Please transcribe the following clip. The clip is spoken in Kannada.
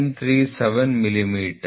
91937 ಮಿಲಿಮೀಟರ್